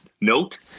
note